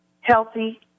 healthy